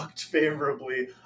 favorably